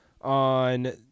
on